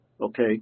okay